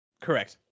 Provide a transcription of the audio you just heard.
Correct